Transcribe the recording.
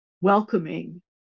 welcoming